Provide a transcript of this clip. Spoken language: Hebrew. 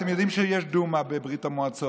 אתם יודעים שיש דוּמה בברית המועצות?